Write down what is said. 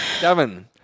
Devon